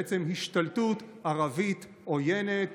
בעצם השתלטות ערבית עוינת